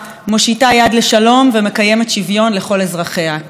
מושיטה יד לשלום ומקיימת שוויון לכל אזרחיה כן,